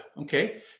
Okay